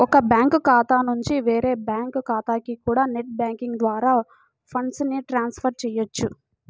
ఒక బ్యాంకు ఖాతా నుంచి వేరే బ్యాంకు ఖాతాకి కూడా నెట్ బ్యాంకింగ్ ద్వారా ఫండ్స్ ని ట్రాన్స్ ఫర్ చెయ్యొచ్చు